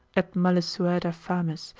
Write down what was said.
et malesuada fames,